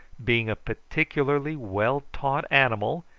being a particularly well-taught animal,